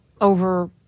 over